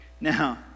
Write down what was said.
Now